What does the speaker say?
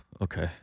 Okay